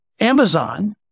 Amazon